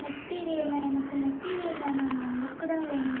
மெட்டீரியல்னால் எனக்கு மெட்டீரியல் வேணால் ma'am book தான் வேணும்